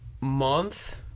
month